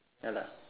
ya lah